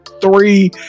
Three